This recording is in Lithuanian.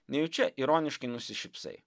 nejučia ironiškai nusišypsai